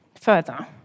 further